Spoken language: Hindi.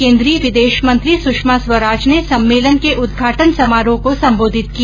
केन्द्रीय विदेश मंत्री सुषमा स्वराज ने सम्मेलन के उद्घाटन समारोह को सम्बोधित किया